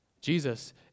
Jesus